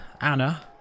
Anna